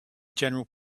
general